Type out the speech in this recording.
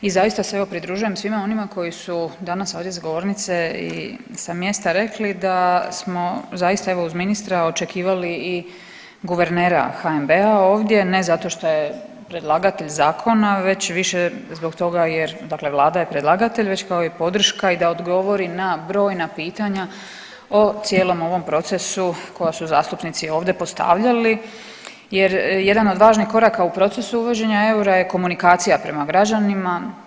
I zasta se, evo, pridružujem svima onima koji su danas ovdje s govornice i sa mjesta rekli da smo zaista evo, uz ministra očekivali i guvernera HNB-a ovdje, ne zato što je predlagatelj zakona već više zbog toga jer, dakle Vlada je predlagatelj, već kao i podrška i da odgovori na brojna pitanja o cijelom ovom procesu koja su zastupnici ovde postavljali jer jedan od važnih koraka u procesu uvođenja eura je komunikacija prema građanima.